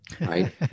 right